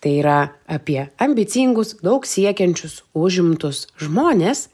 tai yra apie ambicingus daug siekiančius užimtus žmones